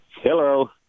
Hello